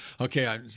okay